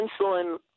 insulin